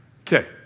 Okay